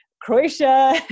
Croatia